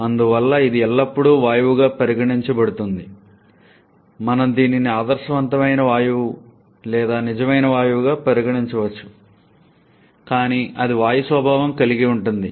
అందువల్ల ఇది ఎల్లప్పుడూ వాయువుగా పరిగణించబడుతుంది మనం దీనిని ఆదర్శవంతమైన వాయువుగా లేదా నిజమైన వాయువుగా పరిగణించవచ్చు కానీ అది వాయు స్వభావం కలిగి ఉంటుంది